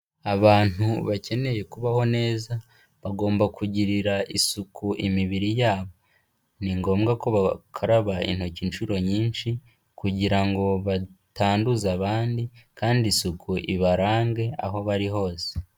Abantu bakeneye kubaho neza bagomba kugirira isuku imibiri yabo, ni ngombwa ko bakaraba intoki inshuro nyinshi kugira ngo batanduza abandi kandi isuku ibarange aho bari hose.